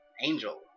angel